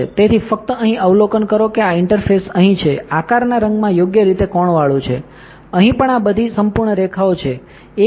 તેથી ફક્ત અહીં અવલોકન કરો કે આ ઇન્ટરફેસ અહીં છે આકારના રંગમાં યોગ્ય રીતે કોણવાળું છે અહીં પણ આ બધી સંપૂર્ણ રેખાઓ છે બરાબર